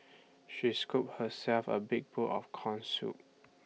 she scooped herself A big bowl of Corn Soup